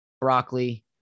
broccoli